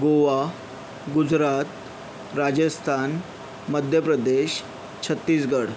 Goa Gujarat Rajasthan Madhya Pradesh Chhattisgarh